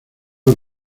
los